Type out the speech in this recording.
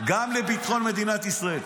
גם לביטחון מדינת ישראל.